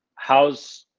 how's